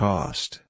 Cost